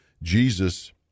Jesus